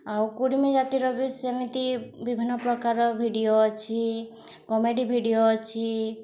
ଆଉ କୁଡ଼ିମୀ ଜାତିର ବି ସେମିତି ବିଭିନ୍ନପ୍ରକାର ଭିଡ଼ିଓ ଅଛି କମେଡ଼ି ଭିଡ଼ିଓ ଅଛି